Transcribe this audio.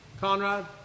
conrad